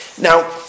Now